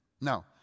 Now